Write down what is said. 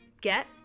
get